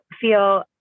feel